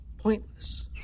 pointless